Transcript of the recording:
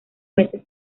meses